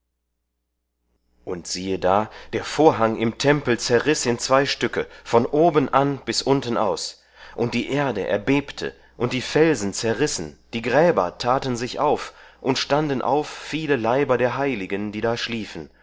und siehe da der vorhang im tempel zerriß in zwei stücke von obenan bis untenaus und die erde erbebte und die felsen zerrissen die gräber taten sich auf und standen auf viele leiber der heiligen die da schliefen